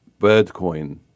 BirdCoin